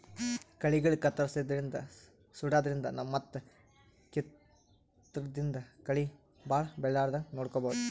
ಕಳಿಗಳಿಗ್ ಕತ್ತರ್ಸದಿನ್ದ್ ಸುಡಾದ್ರಿನ್ದ್ ಮತ್ತ್ ಕಿತ್ತಾದ್ರಿನ್ದ್ ಕಳಿ ಭಾಳ್ ಬೆಳಿಲಾರದಂಗ್ ನೋಡ್ಕೊಬಹುದ್